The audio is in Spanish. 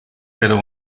pero